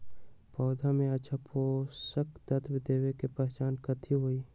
पौधा में अच्छा पोषक तत्व देवे के पहचान कथी हई?